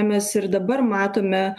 mes ir dabar matome